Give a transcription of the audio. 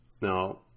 Now